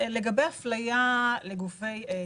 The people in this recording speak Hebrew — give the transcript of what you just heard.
לגבי אפליה של גופי תקשורת: